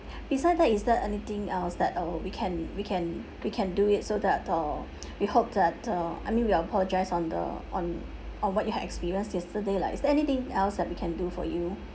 beside that is there anything else that uh we can we can we can do it so that uh we hope that uh I mean we apologise on the on on what you had experienced yesterday like is there anything else that we can do for you